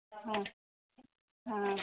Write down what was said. ಹಾಂ ಹಾಂ